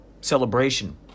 Celebration